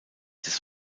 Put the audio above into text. des